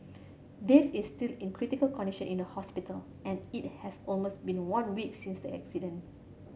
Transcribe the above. Dave is still in critical condition in the hospital and it has almost been one week since the accident